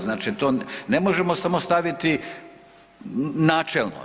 Znači to, ne možemo samo staviti načelno.